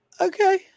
okay